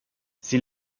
sie